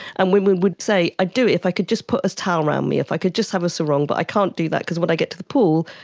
and women would say i'd do it if i could just put a towel around me, if i could just have a sarong but i can't do that because when i get to the pool,